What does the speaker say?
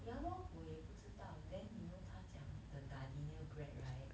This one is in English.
ya lor 我也不知道 then you know 他讲 the Gardenia bread right